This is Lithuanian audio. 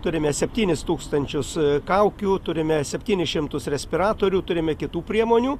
turime septynis tūkstančius kaukių turime septyni šimtus respiratorių turime kitų priemonių